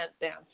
dance